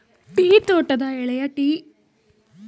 tea ತೋಟದ ಎಳೆಯ tea ಎಲೆಗಳನ್ನು ಕೈಯಿಂದ ಬಿಡಿಸಿಕೊಳ್ಳುತ್ತಾರೆ